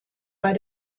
bei